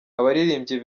abaririmbyi